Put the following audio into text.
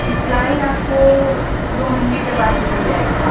reply आपको दो महीने के बाद मिल जाएगी